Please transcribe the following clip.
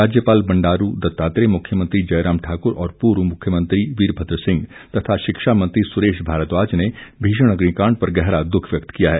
राज्यपाल बंडारू दत्तात्रेय मुख्यमंत्री जयराम ठाकुर और पूर्व मुख्यमंत्री वीरभद्र सिंह और शिक्षा मंत्री सुरेश भारद्वाज ने भीषण अग्निकांड पर गहरा दुःख व्यक्त किया है